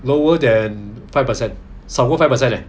lower than five percent 少过 five percent leh